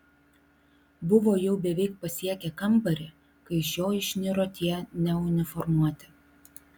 buvo jau beveik pasiekę kambarį kai iš jo išniro tie neuniformuoti